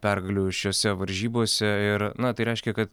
pergalių šiose varžybose ir na tai reiškia kad